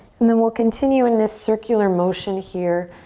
and then we'll continue in this circular motion here.